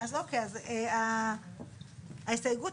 שלמה, ההסתייגות